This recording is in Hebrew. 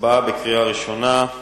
להצבעה בקריאה ראשונה על